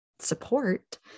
support